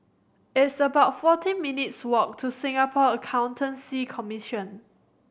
it's about forty minutes' walk to Singapore Accountancy Commission